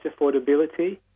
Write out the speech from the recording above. affordability